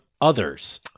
others